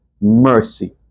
mercy